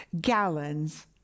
gallons